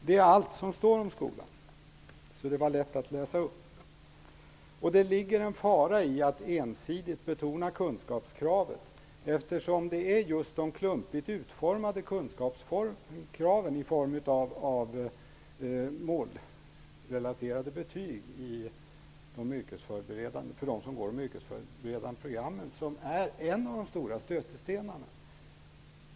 Det är allt som står om skolan, så det var lätt att läsa upp. Det ligger en fara i att ensidigt betona kunskapskraven. Det är ju just de klumpigt utformade kunskapskraven i form av målrelaterade betyg för dem som går de yrkesförberedande programmen som är en av de stora stötestenarna.